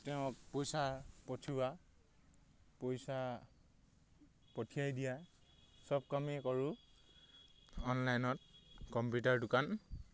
তেওঁ পইচা পঠিওৱা পইচা পঠিয়াই দিয়া চব কামেই কৰোঁ অনলাইনত কম্পিউটাৰ দোকান